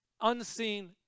unseen